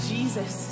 Jesus